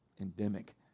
endemic